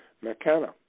McKenna